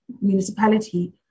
municipality